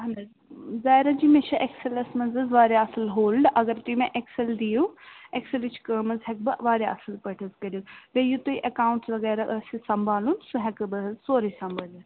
اَہَن حظ ظایرہ جی مےٚ چھُ ایٚکسَلَس منٛز حظ واریاہ اَصٕل ہولڈ اگر تُہۍ مےٚ ایٚکسَل دِیِو ایکسلٕچ کٲم حظ ہٮ۪کہٕ بہٕ واریاہ اَصٕل پٲٹھۍ حظ کٔرِتھ بیٚیہِ یہِ تُہۍ ایکاونٛٹس وغیرہ ٲسِو سمبالُن سُہ ہیکہٕ بہٕ حظ سورُے سمبٲلِتھ